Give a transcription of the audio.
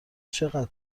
چقدر